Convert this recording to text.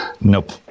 Nope